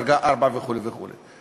דרגה 4 וכו' וכו'.